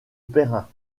perrin